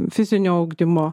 fizinio ugdymo